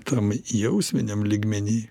tam jausminiam lygmeny